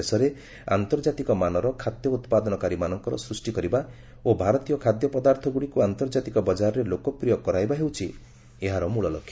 ଦେଶରେ ଆନ୍ତର୍ଜାତିକ ମାନର ଖାଦ୍ୟ ଉତ୍ପାଦନକାରୀମାନଙ୍କର ସୃଷ୍ଟି କରିବା ଓ ଭାରତୀୟ ଖାଦ୍ୟପଦାର୍ଥଗୁଡ଼ିକୁ ଆନ୍ତର୍ଜାତିକ ବଜାରରେ ଲୋକପ୍ରିୟ କରାଇବା ହେଉଛି ଏହାର ମୂଳଲକ୍ଷ୍ୟ